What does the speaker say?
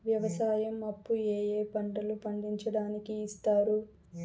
వ్యవసాయం అప్పు ఏ ఏ పంటలు పండించడానికి ఇస్తారు?